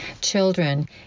children